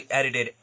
edited